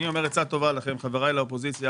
אז אני אומר עצה טובה לכם, חבריי לאופוזיציה,